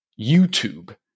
YouTube